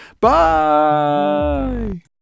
Bye